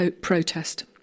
protest